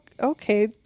okay